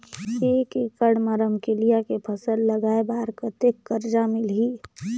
एक एकड़ मा रमकेलिया के फसल लगाय बार कतेक कर्जा मिलही?